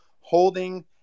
holding